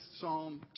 Psalm